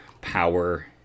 power